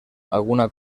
alguna